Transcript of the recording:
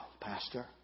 Pastor